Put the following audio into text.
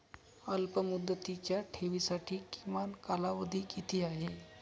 अल्पमुदतीच्या ठेवींसाठी किमान कालावधी किती आहे?